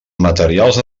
materials